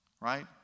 Right